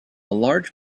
large